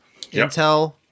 Intel